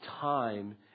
time